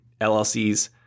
LLCs